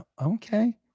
Okay